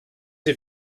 die